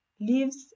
leaves